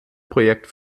projekt